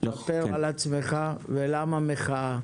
ספר על עצמך ולמה המחאה.